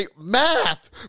Math